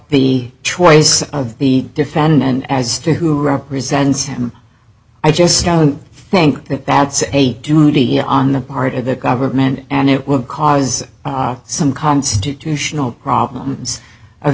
the choice of the defendant as to who represents him i just don't think that that's a duty on the part of the government and it would cause some constitutional problems of